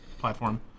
platform